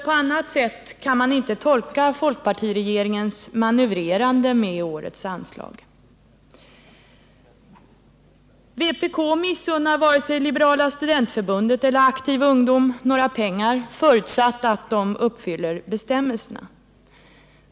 På annat sätt kan man inte tolka folkpartiregeringens manövrerande med årets anslag. Vpk missunnar varken Liberala studentförbundet eller Aktiv ungdom några pengar, förutsatt att de uppfyller bestämmelserna.